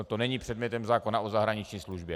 To není předmětem zákona o zahraniční službě.